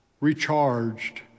recharged